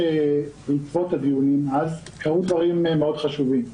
בעקבות הדיונים אז קרו דברים מאוד חשובים: